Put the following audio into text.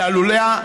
שעולה,